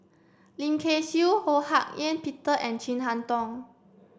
Lim Kay Siu Ho Hak Ean Peter and Chin Harn Tong